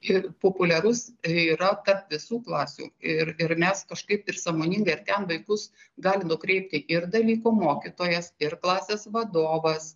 ir populiarus yra tarp visų klasių ir ir mes kažkaip ir sąmoningai ir ten vaikus gali nukreipti ir dalyko mokytojas ir klasės vadovas